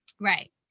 right